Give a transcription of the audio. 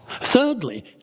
Thirdly